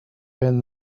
been